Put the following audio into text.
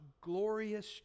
glorious